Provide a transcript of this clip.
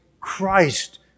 Christ